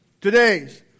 today's